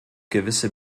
gewisse